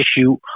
issue